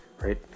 Right